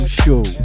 show